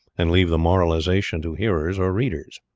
and leave the moralization to hearers or readers.